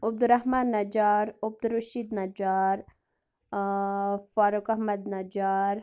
عبدُ الرحمان نجار عبدُ الرشیٖد نجار ٲں فاروق احمد نجار